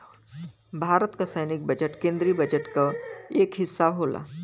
भारत क सैनिक बजट केन्द्रीय बजट क एक हिस्सा होला